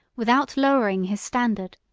without lowering his standard,